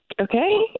Okay